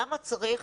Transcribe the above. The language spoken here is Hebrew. למה צריך